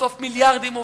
בסוף מיליארדים אובדים,